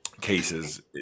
cases